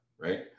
right